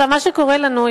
מה שקורה לנו,